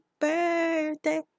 birthday